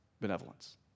benevolence